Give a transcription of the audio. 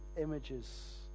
images